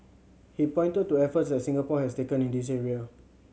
he pointed to efforts that Singapore has taken in this area